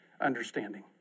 understanding